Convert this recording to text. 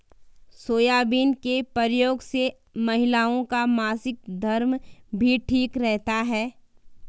soybean के प्रयोग से महिलाओं का मासिक धर्म भी ठीक रहता है